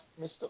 Mr